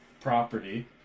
property